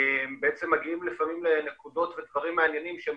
מגיעים לפעמים לנקודות ודברים מעניינים שהם